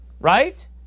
right